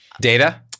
data